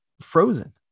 frozen